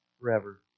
forever